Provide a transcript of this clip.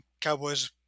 Cowboys